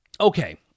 Okay